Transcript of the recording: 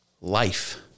life